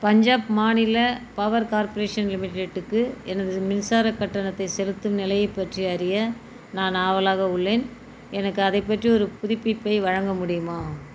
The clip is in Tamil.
பஞ்சாப் மாநில பவர் கார்ப்ரேஷன் லிமிடெட்டுக்கு எனது மின்சாரக் கட்டணத்தை செலுத்தும் நிலையைப் பற்றி அறிய நான் ஆவலாக உள்ளேன் எனக்கு அதைப் பற்றி ஒரு புதுப்பிப்பை வழங்க முடியுமா